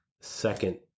second